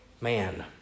man